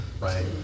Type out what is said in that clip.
right